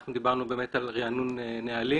אנחנו דיברנו באמת על ריענון נהלים.